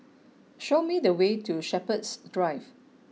show me the way to Shepherds Drive